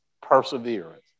perseverance